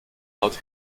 laut